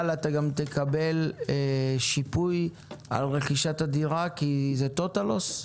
אבל אתה גם תקבל שיפוי על רכישת הדירה כי זה טוטאל לוס,